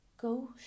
Go